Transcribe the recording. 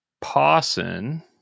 Pawson